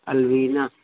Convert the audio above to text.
الوینہ